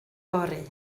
fory